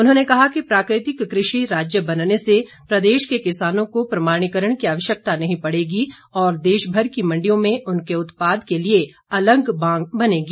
उन्होंने कहा कि प्राकृतिक कृषि राज्य बनने से प्रदेश के किसानों को प्रमाणीकरण की आवश्यकता नहीं पड़ेगी और देश भर की मंडियों में उनके उत्पाद के लिए अलग मांग बनेगी